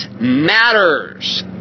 matters